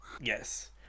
Yes